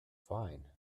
fine